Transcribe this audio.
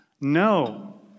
No